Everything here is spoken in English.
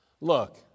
Look